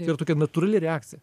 yra tokia natūrali reakcija